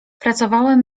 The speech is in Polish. pracowałem